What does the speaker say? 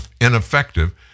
ineffective